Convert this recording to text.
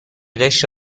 داشته